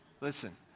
Listen